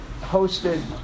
hosted